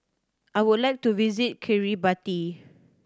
I would like to visit Kiribati